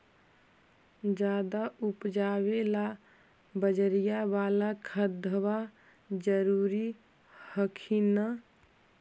ज्यादा उपजाबे ला बजरिया बाला खदबा जरूरी हखिन न?